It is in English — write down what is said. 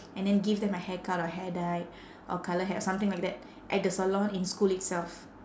and then give them a haircut or hair dye or colour hair something like that at the salon in school itself